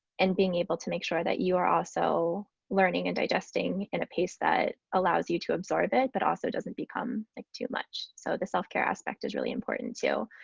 and being able to make sure that you are also learning and digesting at and a pace that allows you to absorb it but also doesn't become like too much. so the self-care aspect is really important too.